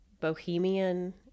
Bohemian